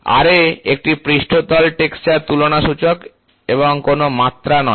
Ra একটি পৃষ্ঠতল texture তুলনা সূচক এবং কোন মাত্রা নয়